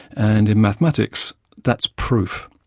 and in mathematics, that's proof.